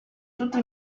tutti